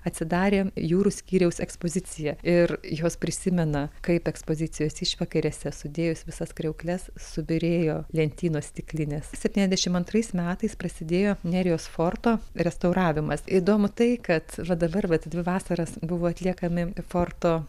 atsidarė jūrų skyriaus ekspozicija ir jos prisimena kaip ekspozicijos išvakarėse sudėjus visas kriaukles subyrėjo lentynos stiklinės septyniasdešim antrais metais prasidėjo nerijos forto restauravimas įdomu tai kad va dabar vat dvi vasaras buvo atliekami forto